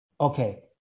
Okay